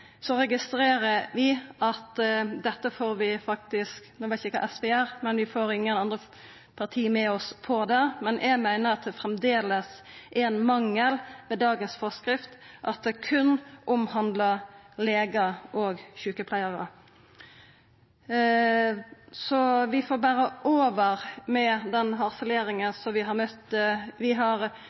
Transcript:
Eg veit ikkje kva SV gjer, men vi registrerer at vi ikkje får nokon andre parti med oss på det. Men eg meiner at det framleis er ein mangel ved dagens forskrift at det berre omhandlar legar og sjukepleiarar. Vi får bera over med den harseleringa som vi har møtt. Vi har